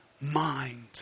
mind